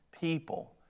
people